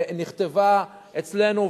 נכתבה אצלנו,